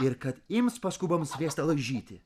ir kad ims paskubom sviestą laižyti